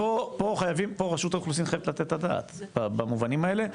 ופה רשות האוכלוסין חייבת לתת את הדעת במובנים האלו,